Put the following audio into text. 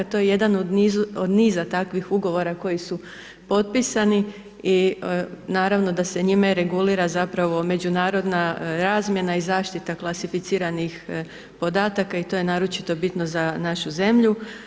To je jedan od niza takvih ugovora koji su potpisani i naravno da se njime regulira zapravo međunarodna razmjena i zaštita klasificiranih podataka i to je naročito bitno za našu zemlju.